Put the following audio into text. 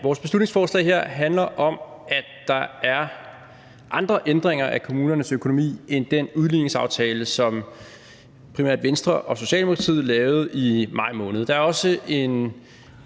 Vores beslutningsforslag her handler om, at der er andre ændringer af kommunernes økonomi end den udligningsaftale, som primært Venstre og Socialdemokratiet lavede i maj måned.